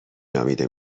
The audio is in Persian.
نامیده